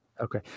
okay